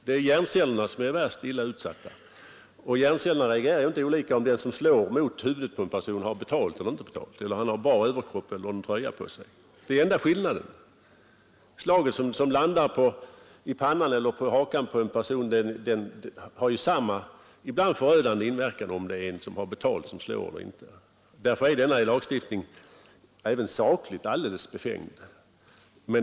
Det är hjärncellerna som är mest utsatta, och de reagerar inte olika om den som slår mot huvudet på en person har betalt för det eller inte, om han har bar överkropp eller om han har en tröja på sig. Det är annars den märkbara skillnaden mellan amatörer och proffs. Det slag som träffar pannan eller hakan på en motståndare har exakt samma — och ibland förödande — inverkan, oavsett om den som slår har betalt eller inte. Därför är denna lagstiftning även sakligt helt befängd.